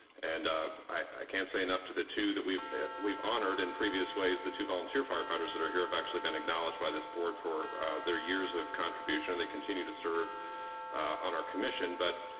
and i can't say enough to the two that we've we've honored, in previous ways, the two volunteer firefighters that are here have actually been acknowledged by this board for their years of contribution, they continue to serve on our commission. but